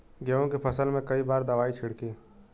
गेहूँ के फसल मे कई बार दवाई छिड़की?